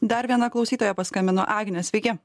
dar viena klausytoja paskambino agne sveiki